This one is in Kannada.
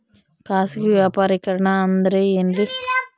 ಖಾಸಗಿ ವ್ಯಾಪಾರಿಕರಣ ಅಂದರೆ ಏನ್ರಿ?